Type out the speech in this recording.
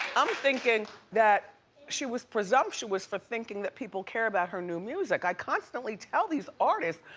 i'm thinking that she was presumptuous for thinking that people care about her new music. i constantly tell these artists,